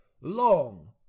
long